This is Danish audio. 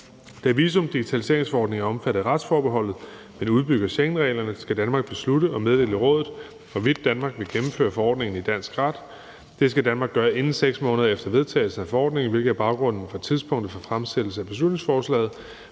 Da visumdigitaliseringsforordningen er omfattet af retsforbeholdet, da det udbygger Schengenreglerne, skal Danmark beslutte og meddele i Rådet, hvorvidt Danmark vil gennemføre forordningen i dansk ret. Det skal Danmark gøre inden 6 måneder efter vedtagelsen af forordningen, hvilket er baggrunden for tidspunktet for fremsættelse af beslutningsforslaget.